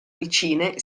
vicine